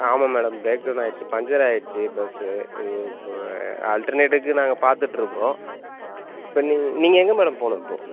ஆ ஆமாம் madam breakdown ஆயிடுச்சு puncture ஆயிடுச்சு பஸ்ஸு அல்டர்நேட்டுக்கு நாங்கள் பார்த்துட்டு இருக்கிறோம் இப்போ நீங்க நீங்கள் எங்கே மேடம் போவனும் இப்போ